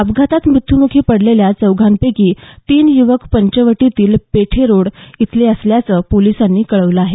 अपघातात मृत्यूमुखी पडलेल्या चौघांपैकी तीन युवक पंचवटीतील पेठरोड इथले असल्याचं पोलिसांनी कळवलं आहे